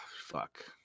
Fuck